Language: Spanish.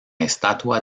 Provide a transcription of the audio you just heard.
estatua